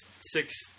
six